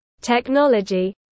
technology